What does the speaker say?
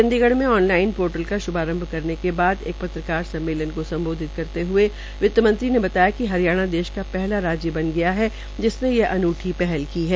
चंडीगढ़ में online portal का श्भारम्भ करने के उपरान्त एक पत्रकार सम्मेलन को सम्बोधित करते हुए वित्त मंत्री ने बताया कि हरियाणा देश का पहला राज्य बन गया है जिसने यह अनूठी पहल की है